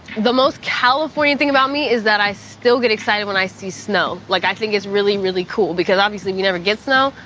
the most californian thing about me is that i still get excited when i see snow. like i think it's really, really cool, because obviously we never get snow.